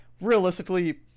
Realistically